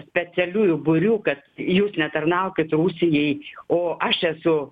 specialiųjų būrių kad jūs netarnaukit rusijai o aš esu